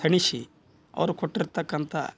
ತಣಿಸಿ ಅವರು ಕೊಟ್ಟಿರ್ತಕ್ಕಂಥ